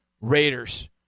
Raiders